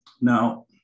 Now